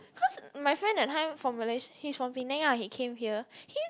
cause my friend that time from Malaysia he's from Penang lah he came here he